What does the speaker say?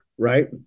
Right